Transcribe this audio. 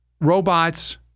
robots